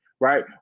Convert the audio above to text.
right